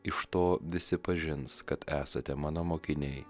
iš to visi pažins kad esate mano mokiniai